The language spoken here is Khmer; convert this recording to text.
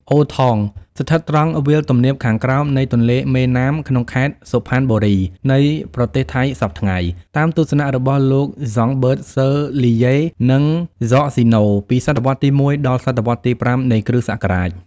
អូថង ស្ថិតត្រង់វាលទំនាបខាងក្រោមនៃទន្លេមេណាម ក្នុងខេត្ត សុផាន់បូរី នៃប្រទេសថៃសព្វថ្ងៃ តាមទស្សនរបស់លោក ហ្សង់បីសសឺលីយេ និង ហ្សហ្សីណូ ពីសតវត្សរ៍ទី១ ដល់ សតវត្សរ៍ទី៥ នៃគ្រិស្តសករាជ ។